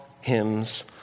hymns